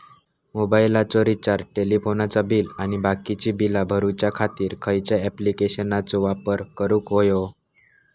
मोबाईलाचा रिचार्ज टेलिफोनाचा बिल आणि बाकीची बिला भरूच्या खातीर खयच्या ॲप्लिकेशनाचो वापर करूक होयो?